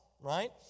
right